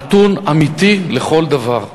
הנתון אמיתי לכל דבר.